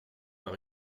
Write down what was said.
par